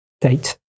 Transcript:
date